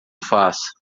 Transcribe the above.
faça